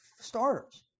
starters